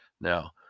Now